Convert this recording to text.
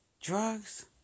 drugs